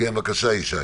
בבקשה, ישי.